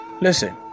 Listen